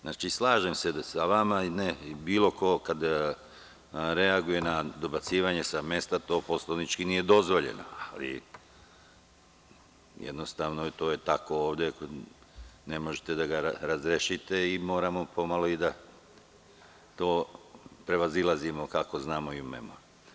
Znači, slažem se sa vama i bilo ko kad reaguje na dobacivanje sa mesta, to poslovnički nije dozvoljeno, ali jednostavno, to je tako ovde i ne možete da ga razrešite i moramo pomalo i da to prevazilazimo kako znamo i umemo.